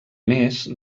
més